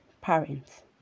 parents